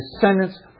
descendants